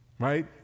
Right